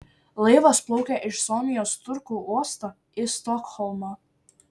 laivas plaukė iš suomijos turku uosto į stokholmą